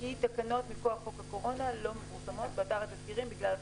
כי תקנות מכוח חוק הקורונה לא מפורסמות באתר התזכירים בגלל הדחיפות.